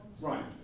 Right